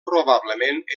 probablement